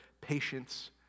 Patience